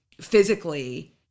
physically